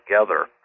together